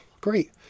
Great